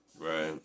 Right